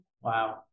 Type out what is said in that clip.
wow